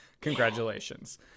Congratulations